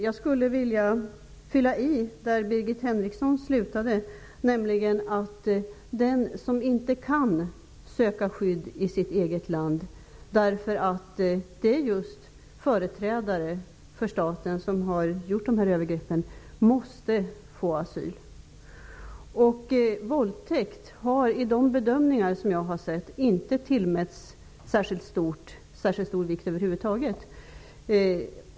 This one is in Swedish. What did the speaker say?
Jag skulle vilja fylla i där Birgit Henriksson slutade, nämligen att den som inte kan söka skydd i sitt eget land, därför att det just är företrädare för staten som har gjort dessa övergrepp, måste få asyl. Våldtäkt har i de bedömningar som jag har sett inte tillmätts särskilt stor vikt över huvud taget.